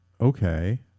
okay